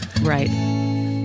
right